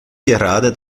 gerade